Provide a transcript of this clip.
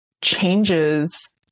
changes